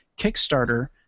Kickstarter